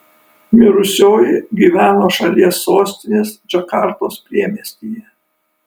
mirusioji gyveno šalies sostinės džakartos priemiestyje